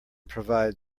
provide